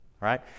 right